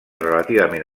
relativament